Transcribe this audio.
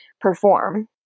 perform